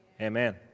Amen